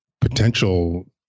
potential